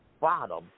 bottom